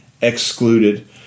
excluded